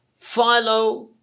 Philo